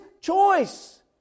choice